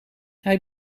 hij